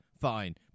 fine